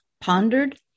pondered